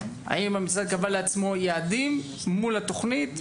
האם המשרד קבע לעצמו יעדים מול התוכנית?